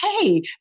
hey